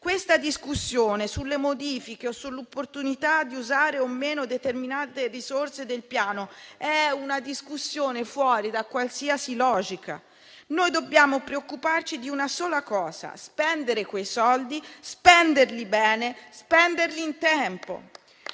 Questa discussione sulle modifiche o sull'opportunità di usare o meno determinate risorse del Piano è fuori da qualsiasi logica. Noi dobbiamo preoccuparci di una sola cosa: spendere quei soldi, spenderli bene e spenderli in tempo.